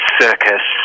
circus